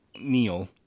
Neil